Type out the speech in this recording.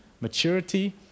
maturity